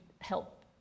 help